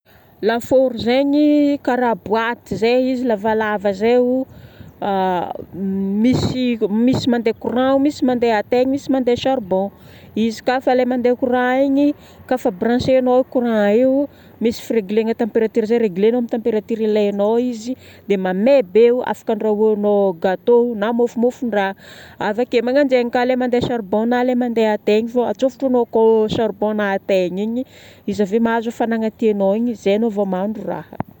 Lafaoro zegny karaha boaty zay izy, lavalava zay o. Misy, misy mandeha courant, misy mandeha ataigny, misy mandeha charbon. Izy ka fa le mandeha courant igny, kafa branchénao courant io, misy firéglena température zay réglenao amin'ny température ilaignao izy dia mamay be eo. Afaka andrahoagnao gâteau na mofomofon-draha. Avake mananjeny ka le mandeha charbon na le mandeha ataigny fô atsofotranao koa charbon na ataigny igny. Izy ave mahazo hafanagna tianao igny zay anao vao mandro raha